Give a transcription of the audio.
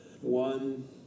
one